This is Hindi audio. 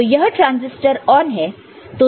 तो यह ट्रांजिस्टर ऑन है